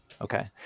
Okay